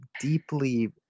deeply